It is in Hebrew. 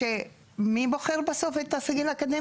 אחד לשני ולכן מה שנאמר בחוק ומה שמחייב את משרד האוצר,